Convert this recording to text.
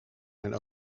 mijn